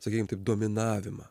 sakykim taip dominavimą